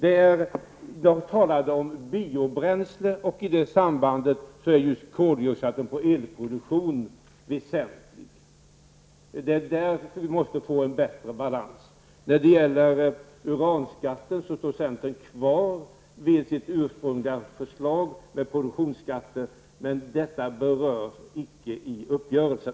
Man talade om biobränsle, och i det sammanhanget är koldioxidsatsningen i samband med elproduktionen väsentlig. Det är där som vi måste få till stånd en bättre balans. När det gäller uranskatten står centern kvar vid sitt urspungliga förslag om produktionsskatter, men detta berörs icke i uppgörelsen.